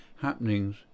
happenings